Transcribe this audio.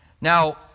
Now